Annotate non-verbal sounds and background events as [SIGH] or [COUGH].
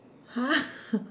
!huh! [LAUGHS]